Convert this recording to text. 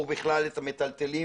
או בכלל מטלטלים.